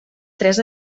tres